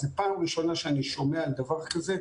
זו פעם ראשונה שאני שומע על דבר כזה,